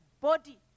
body